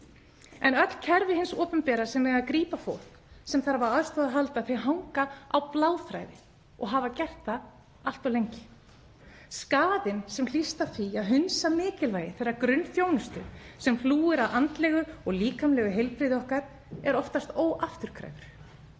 En öll kerfi hins opinbera sem eiga að grípa fólk sem þarf á aðstoð að halda hanga á bláþræði og hafa gert það allt of lengi. Skaðinn sem hlýst af því að hunsa mikilvægi þeirrar grunnþjónustu sem hlúir að andlegu og líkamlegu heilbrigði okkar er oftast óafturkræfur.